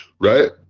right